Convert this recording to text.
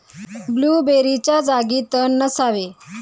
ब्लूबेरीच्या जागी तण नसावे